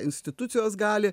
institucijos gali